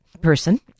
person